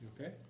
Okay